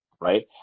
right